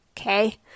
okay